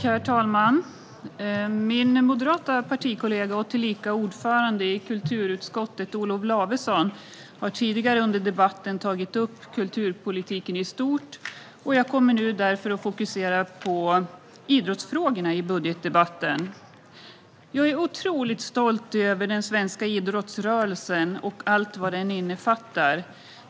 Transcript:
Herr talman! Min moderata partikollega och tillika ordförande i kulturutskottet Olof Lavesson har tidigare under debatten tagit upp kulturpolitiken i stort, och jag kommer nu i budgetdebatten därför att fokusera på idrottsfrågorna. Jag är otroligt stolt över den svenska idrottsrörelsen och allt vad den innefattar.